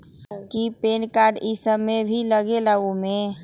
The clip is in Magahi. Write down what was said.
कि पैन कार्ड इ सब भी लगेगा वो में?